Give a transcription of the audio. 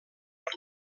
per